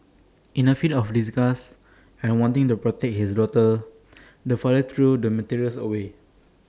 in A fit of disgust and wanting to protect his daughter the father threw the materials away